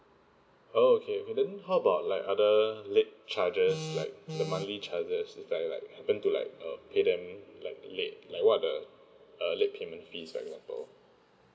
oh okay okey then how about like other late charges like the monthly charges if I like happen to like uh pay them like late like what the uh late payment fees for example